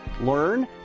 learn